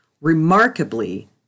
Remarkably